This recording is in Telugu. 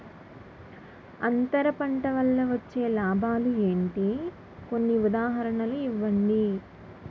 అంతర పంట వల్ల వచ్చే లాభాలు ఏంటి? కొన్ని ఉదాహరణలు ఇవ్వండి?